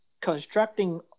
constructing